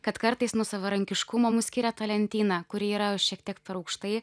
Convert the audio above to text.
kad kartais nuo savarankiškumo mus skiria ta lentyna kuri yra šiek tiek per aukštai